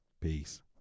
peace